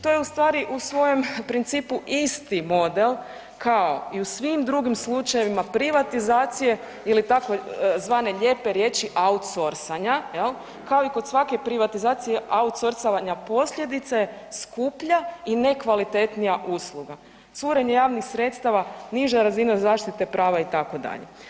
To je u stvari u svojem principu isti model kao i u svim drugim slučajevima privatizacije ili tzv. lijepe riječi „outsorsanja“ jel, kao i kod svake privatizacije outsorsovanja posljedica je skuplja i ne kvalitetnija usluga, curenje javnih sredstava niža razina zaštite prava itd.